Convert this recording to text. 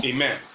Amen